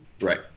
Right